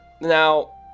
Now